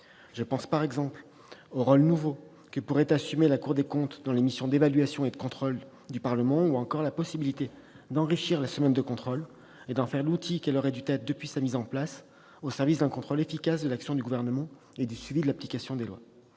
Je pense, par exemple, au rôle nouveau que pourrait assumer la Cour des comptes dans les missions d'évaluation et de contrôle du Parlement, ou encore à la possibilité d'enrichir la semaine de contrôle, d'en faire l'outil qu'elle aurait dû être depuis sa mise en place, au service d'un contrôle efficace de l'action du Gouvernement et du suivi de l'application des lois.